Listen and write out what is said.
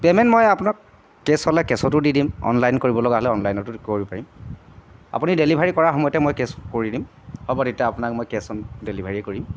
payment মই আপোনাক cash হ'লে কেচটো দি দিম অনলাইন কৰিবলগা হ'লে অনলাইনটো কৰিব পাৰিম আপুনি ডেলিভাৰী কৰা সময়তে মই কেচ কৰি দিম হ'ব তেতিয়া আপোনাক মই কেচ অ'ন ডেলিভাৰীয়ে কৰিম